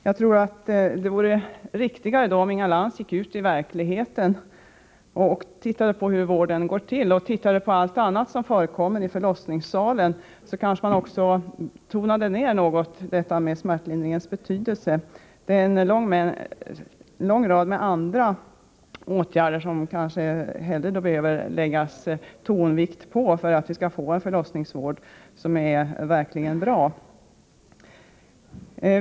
Jag tror att det vore riktigare om Inga Lantz gick ut i verkligheten och såg på hur vården bedrivs och på allt annat som förekommer i förlossningssalen. Då skulle hon kanske ytterligare tona ner detta med smärtlindringens betydelse. Det är en lång rad andra åtgärder som man hellre behöver lägga tonvikten vid för att vi skall få en verkligt bra förlossningsvård.